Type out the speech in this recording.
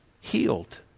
healed